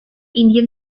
indian